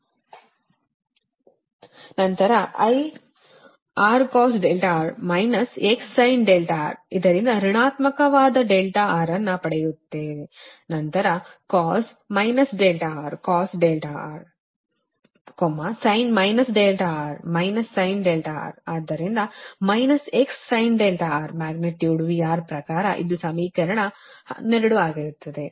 Percentage voltage regulationI |VR| ನಂತರ I ಇದರಿಂದ ಋಣಾತ್ಮಕವಾದ R ಅನ್ನು ಪಡೆಯುತ್ತೇವೆ ನಂತರ cos cos R sin sin R ಅದರಿಂದ Xsin R ಮ್ಯಾಗ್ನಿಟ್ಯೂಡ್ VR ಪ್ರಕಾರ ಇದು ಸಮೀಕರಣ 12 ಆಗಿದೆ